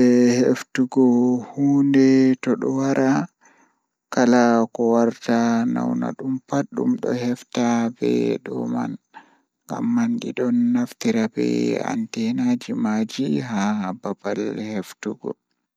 e yaajol. Ko ɗum waawi heɓugol sabu, ngoodi e konngol, e teddungal kaɗi waɗde e kadi yawre. Fii art ko ƴettude, no wondi ɗum tawde, e jeyɗi hay goonga e yimɓe.